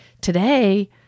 today